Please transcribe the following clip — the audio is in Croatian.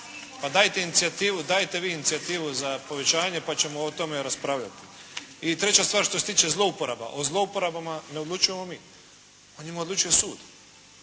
vi ste ih smanjili. Pa dajte vi inicijativu za povećanje pa ćemo o tome raspravljati. I treća stvar što se tiče zlouporaba. O zlouporabama ne odlučujemo mi, o njima odlučuje sud.